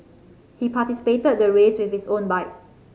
he participated the race with his own bike